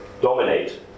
dominate